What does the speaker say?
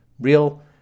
Real